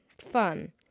fun